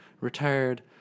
retired